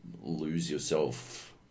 lose-yourself